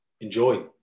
Enjoy